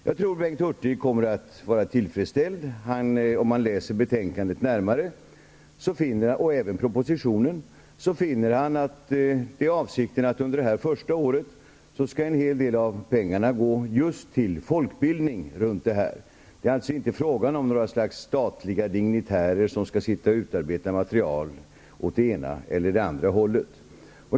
Jag tror att Bengt Hurtig om han läser betänkandet och även propositionen närmare finner att det är avsikten att en hel del av pengarna under det första året skall gå till folkbildningsarbete för detta ändamål. Det är inte fråga om att några statliga dignitärer skall utarbeta material åt det ena eller det andra hållet.